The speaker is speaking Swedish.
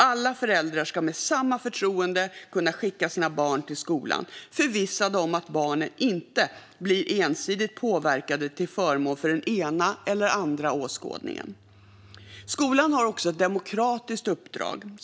Alla föräldrar ska med samma förtroende kunna skicka sina barn till skolan, förvissade om att barnen inte blir ensidigt påverkade till förmån för den ena eller andra åskådningen. Skolan har också ett demokratiskt uppdrag.